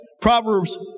Proverbs